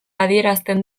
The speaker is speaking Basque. adierazten